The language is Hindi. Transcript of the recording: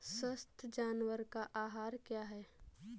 स्वस्थ जानवर का आहार क्या है?